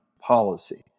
policy